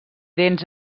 dents